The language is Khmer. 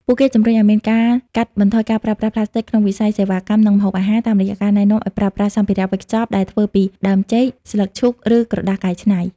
ពួកគេជម្រុញឱ្យមានការកាត់បន្ថយការប្រើប្រាស់ផ្លាស្ទិកក្នុងវិស័យសេវាកម្ម និងម្ហូបអាហារ តាមរយៈការណែនាំឱ្យប្រើប្រាស់សម្ភារៈវេចខ្ចប់ដែលធ្វើពីដើមចេក ស្លឹកឈូក ឬក្រដាសកែច្នៃ។